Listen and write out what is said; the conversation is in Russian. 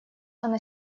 она